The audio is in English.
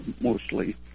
mostly